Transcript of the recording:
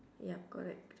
yup correct